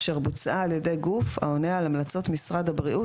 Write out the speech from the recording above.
אשר בוצעה על-ידי גוף העונה על המלצות משרד הבריאות